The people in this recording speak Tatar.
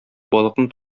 балыкны